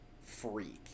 freak